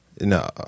No